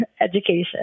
education